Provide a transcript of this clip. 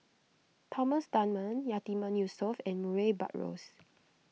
Thomas Dunman Yatiman Yusof and Murray Buttrose